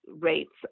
rates